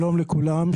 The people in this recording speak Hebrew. שלום לכולם,